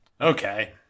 Okay